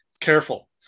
careful